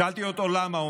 שאלתי אותו: למה?